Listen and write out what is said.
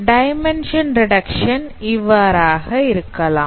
dimension reduction இவ்வாறாக இருக்கலாம்